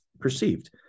perceived